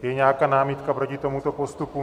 Je nějaká námitka proti tomuto postupu?